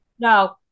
No